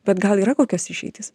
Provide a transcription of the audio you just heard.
bet gal yra kokios išeitys